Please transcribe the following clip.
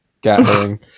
gathering